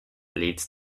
leads